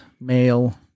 male